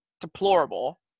deplorable